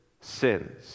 sins